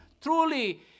truly